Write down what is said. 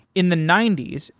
in the ninety s,